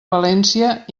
valència